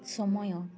ସମୟ